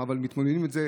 אבל אנחנו מתמודדים עם זה.